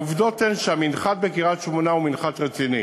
העובדות הן שהמנחת בקריית-שמונה הוא מנחת רציני